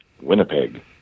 Winnipeg